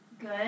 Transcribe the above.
good